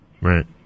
Right